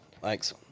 Thanks